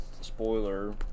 spoiler